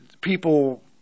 people